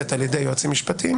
נעשית על ידי יועצים משפטיים,